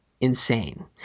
insane